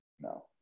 No